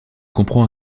comprend